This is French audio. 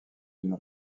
une